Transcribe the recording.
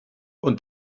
und